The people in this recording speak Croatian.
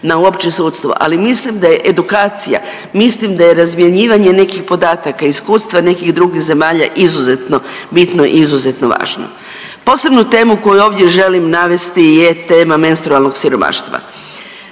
na uopće sudstvo. Ali mislim da je edukacija, mislim da je razmjenjivanje nekih podataka, iskustva nekih drugih zemalja izuzetno bitno i izuzetno važno. Posebnu temu koju ovdje želim navesti je tema menstrualnog siromaštva.